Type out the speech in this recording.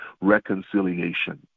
reconciliation